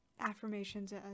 affirmations